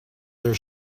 their